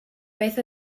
beth